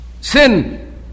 Sin